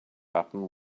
happen